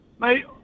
Mate